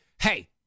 Hey